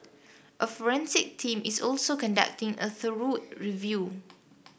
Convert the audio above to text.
a forensic team is also conducting a thorough review